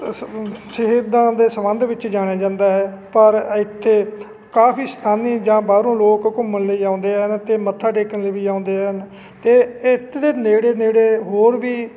ਸ ਸ਼ਹੀਦਾਂ ਦੇ ਸੰਬੰਧ ਵਿੱਚ ਜਾਣਿਆ ਜਾਂਦਾ ਹੈ ਪਰ ਇੱਥੇ ਕਾਫੀ ਸ਼ਤਾਨੀ ਜਾਂ ਬਾਹਰੋਂ ਲੋਕ ਘੁੰਮਣ ਲਈ ਆਉਂਦੇ ਆ ਅਤੇ ਮੱਥਾ ਟੇਕਣ ਦੇ ਵੀ ਆਉਂਦੇ ਹਨ ਅਤੇ ਇੱਥੇ ਦੇ ਨੇੜੇ ਨੇੜੇ ਹੋਰ ਵੀ